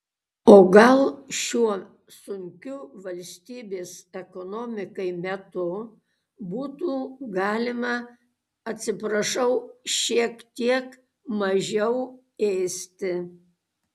o gal šiuo sunkiu valstybės ekonomikai metu būtų galima atsiprašau šiek tiek mažiau ėsti